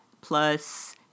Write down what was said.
plus